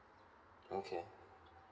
okay